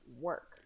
work